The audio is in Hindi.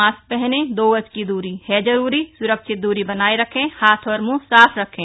मास्क पहने दो गज की दूरी है जरूरी सुरक्षित दूरी बनाए रखें हाथ और मुंह साफ रखें